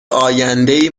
آیندهای